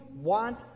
want